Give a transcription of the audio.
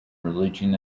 religion